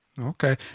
Okay